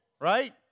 right